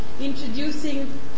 introducing